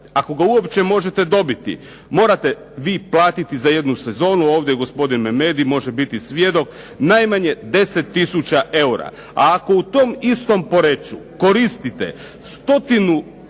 ako ga uopće možete dobiti morate vi platiti za jednu sezonu, ovdje je gospodin Memedi može biti svjedok, najmanje 10 tisuća eura a ako u tom istom Poreču koristite stotinu